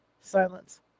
Silence